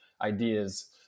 ideas